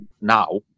now